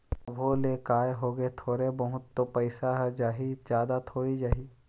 तभो ले काय होगे थोरे बहुत तो पइसा ह जाही जादा थोरी जाही